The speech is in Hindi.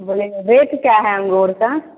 बोलेंगे रेट क्या है अंगूर का